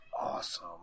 Awesome